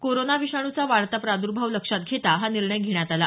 corona विषाणूचा वाढता प्रादुर्भाव लक्षात घेता हा निर्णय घेण्यात आला